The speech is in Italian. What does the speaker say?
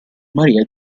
maria